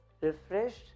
refreshed